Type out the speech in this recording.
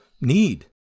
need